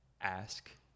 ask